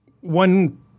One